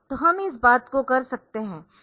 तो हम इस बात को कर सकते है